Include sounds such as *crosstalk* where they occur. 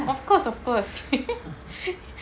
of course of course *laughs*